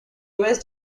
west